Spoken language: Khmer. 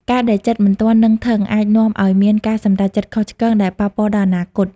ការដែលចិត្តមិនទាន់នឹងធឹង អាចនាំឱ្យមានការសម្រេចចិត្តខុសឆ្គងដែលប៉ះពាល់ដល់អនាគត។